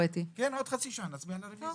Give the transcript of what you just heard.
עוד חצי שעה נצביע על הרביזיה.